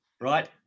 right